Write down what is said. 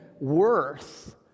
worth